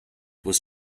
was